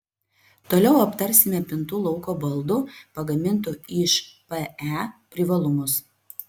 toliau aptarsime pintų lauko baldų pagamintų iš pe privalumus